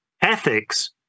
Ethics